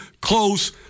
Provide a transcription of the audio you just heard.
close